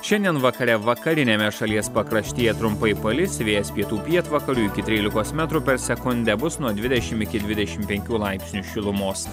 šiandien vakare vakariniame šalies pakraštyje trumpai palis vėjas pietų pietvakarių iki trylikos metrų per sekundę bus nuo dvidešim iki dvidešim penkių laipsnių šilumos